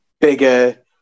bigger